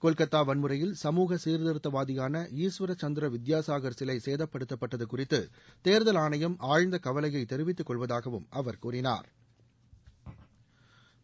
கொல்கத்தா வன்முறையில் சமூக சீாத்திருத்தவாதியாள ஈஸ்வர்சந்திர வித்யாசாகர் சிலை சேதப்படுத்தப்பட்டது குறித்து தேர்தல் ஆணையம் ஆழ்ந்த கவலையை தெரிவித்தகொள்வதாகவும் அவர் கூறினாா்